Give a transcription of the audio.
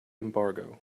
embargo